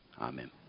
Amen